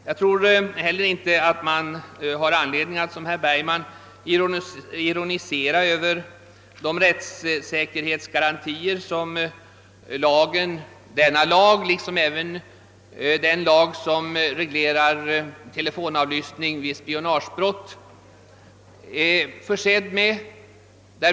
Jag tror inte heller att man har anledning att som herr Bergman ironisera över de rättssäkerhetsgarantier som denna lag liksom den lag som reglerar telefonavlyssning vid spionagebrott är försedd med.